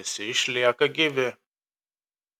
visi išlieka gyvi